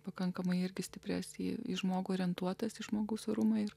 pakankamai irgi stipriai esi į žmogų orientuotas į žmogaus orumą ir